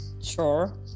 sure